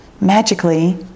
magically